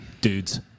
Dudes